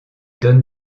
donne